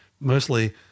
Mostly